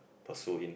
pursue in